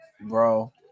bro